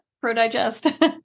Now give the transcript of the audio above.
pro-digest